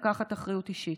לקחת אחריות אישית.